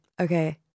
Okay